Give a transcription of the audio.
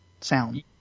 sound